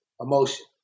emotion